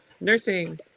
Nursing